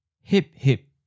Hip-hip